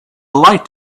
light